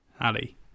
Ali